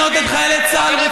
בטרור.